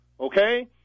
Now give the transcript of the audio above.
okay